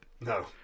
No